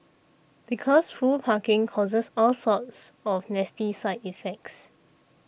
because full parking causes all sorts of nasty side effects